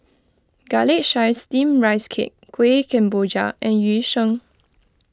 Garlic Chives Steamed Rice Cake Kueh Kemboja and Yu Sheng